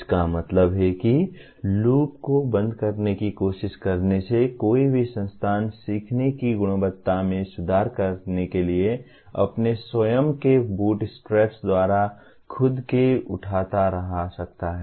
इसका मतलब है कि लूप को बंद करने की कोशिश करने से कोई भी संस्थान सीखने की गुणवत्ता में सुधार करने के लिए अपने स्वयं के बूटस्ट्रैप्स द्वारा खुद को उठाता रह सकता है